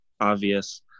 obvious –